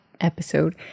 episode